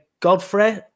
Godfrey